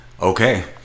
okay